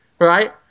right